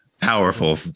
powerful